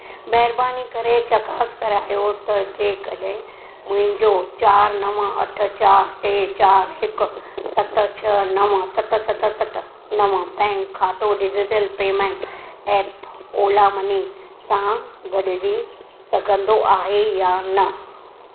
महिरबानी करे चकासु करायो त जेकॾहिं मुंहिंजो चार नव अठ चार्टे चार हिकु सत छ्ह नव सत सत सत नव बैंक ख़ातो digital payment app Ola money सां ॻंढिजी सघंदो आहे या न